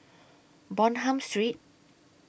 Bonham Street